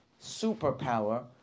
superpower